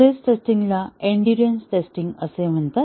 stress testing ला endurance testing असेही म्हणतात